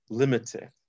limited